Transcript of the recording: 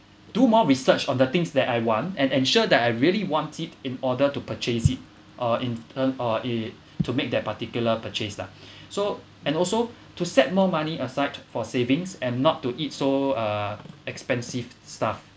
do more research on the things that I want and ensure that I really wanted in order to purchase it or in turn or a to make that particular purchase lah so and also to set more money aside for savings and not to eat so uh expensive stuff